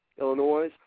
Illinois